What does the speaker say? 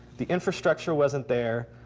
the infrastructure wasn't there.